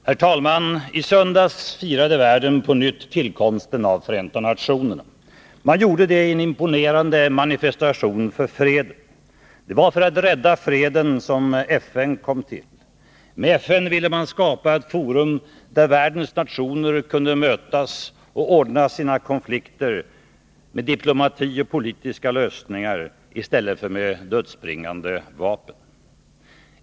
Herr talman! I söndags firade världen på nytt tillkomsten av Förenta nationerna. Man gjorde det i en imponerande manifestation för freden. Det var för att rädda freden som FN kom till. Med FN ville man skapa ett forum, där världens nationer kunde mötas för att ordna sina konflikter med diplomati och politiska lösningar i stället för med dödsbringande vapen.